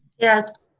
yes.